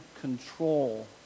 control